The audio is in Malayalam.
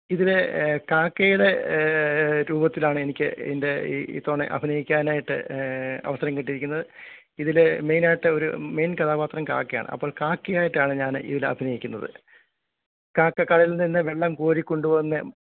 ഇതിൽ കാക്കേടെ രൂപത്തിലാണ് എനിക്ക് എൻ്റെ ഈ തോനെ അഭിനയിക്കാനായിട്ട് അവസരം കിട്ടിയിരിക്കുന്നത് ഇതിൽ മെയിനായിട്ട് ഒരു മെയ്ൻ കഥാപാത്രം കാക്കയാണ് അപ്പോൾ കാക്കയായിട്ടാണ് ഞാൻ ഇതിൽ അഭിനയിക്കുന്നത് കാക്ക കടലിൽ നിന്ന് വെള്ളം കോരിക്കൊണ്ട് വന്ന്